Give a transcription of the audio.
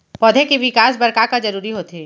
पौधे के विकास बर का का जरूरी होथे?